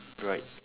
right